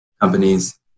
companies